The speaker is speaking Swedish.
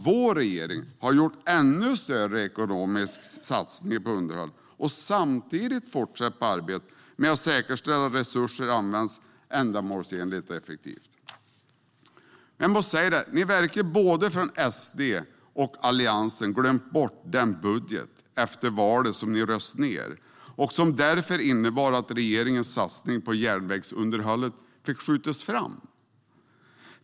Vår regering har gjort en ännu större ekonomisk satsning på underhåll och samtidigt fortsatt arbetet med att säkerställa att resurser används ändamålsenligt och effektivt. Ni verkar både från SD och från Alliansen ha glömt bort den budget efter valet som ni röstade ned, vilket innebar att regeringens satsning på järnvägsunderhållet fick skjutas fram.